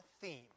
theme